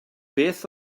beth